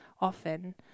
often